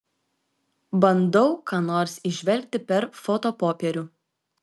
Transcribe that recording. bandau ką nors įžvelgti per fotopopierių